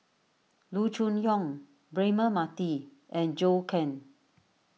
Loo Choon Yong Braema Mathi and Zhou Can